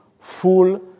full